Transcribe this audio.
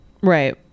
Right